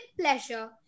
pleasure